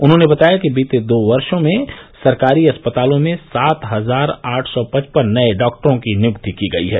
उन्होंने बताया कि बीते दो वर्षो में सरकारी अस्पतालों में सात हजार आठ सौ पचपन नये डॉक्टरों की नियुक्ति की गयी है